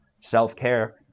self-care